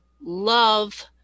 love